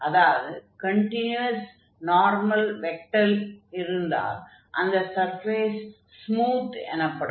அதாவது continuous normal vector இருந்தால் அந்த சர்ஃபேஸ் ஸ்மூத் எனப்படும்